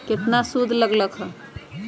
केतना सूद लग लक ह?